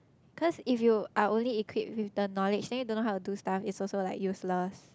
cause if you are only equipped with the knowledge then you don't know how to do suff is also like useless